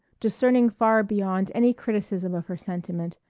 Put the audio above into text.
discerning far beyond any criticism of her sentiment,